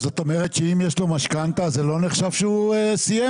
זאת אומרת שאם יש לו משכנתא זה לא נחשב שהוא סיים?